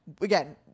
again